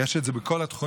אגב, יש את זה בכל התחומים.